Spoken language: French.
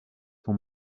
son